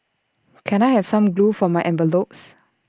can I have some glue for my envelopes